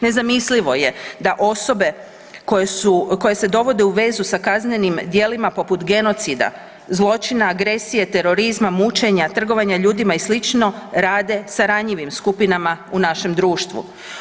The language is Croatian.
Nezamislivo je da osobe koje se dovode u vezu sa kaznenim djelima poput genocida, zločina, agresije, terorizma, mučenja, trgovanja ljudima i slično rade sa ranjivim skupinama u našem društvu.